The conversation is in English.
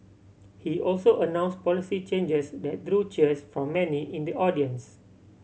he also announce policy changes that drew cheers from many in the audience